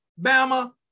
Bama